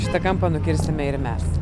šitą kampą nukirsime ir mes